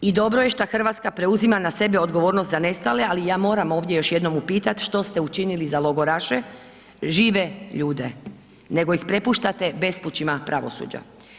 I dobro je šta Hrvatska preuzima na sebe odgovornost za nestale, ali ja moram ovdje još jednom upitat što ste učinili za logoraše, žive ljude, nego ih prepuštate bespućima pravosuđa.